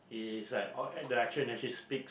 it is like the action actually speak